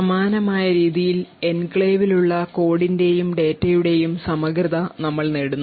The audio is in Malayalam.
സമാനമായ രീതിയിൽ എൻക്ലേവിലുള്ള കോഡിന്റെയും ഡാറ്റയുടെയും സമഗ്രത നമ്മൾ നേടുന്നു